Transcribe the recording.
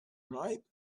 ripe